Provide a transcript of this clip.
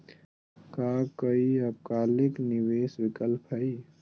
का काई अल्पकालिक निवेस विकल्प हई?